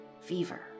Fever